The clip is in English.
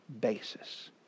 basis